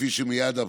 כפי שמייד אפרט,